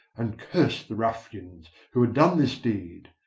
and cursed the ruffians who had done this deed.